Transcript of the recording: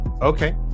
Okay